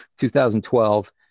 2012